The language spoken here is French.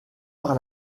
par